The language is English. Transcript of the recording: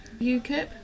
UKIP